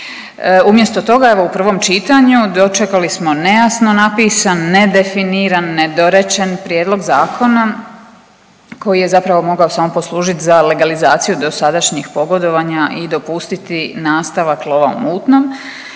Umjesto toga evo u prvom čitanju dočekali smo nejasno napisan, nedefiniran, nedorečen prijedlog zakona koji je zapravo mogao samo poslužit za legalizaciju dosadašnji pogodovanja i dopustiti nastavak lova u mutnom.